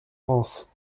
france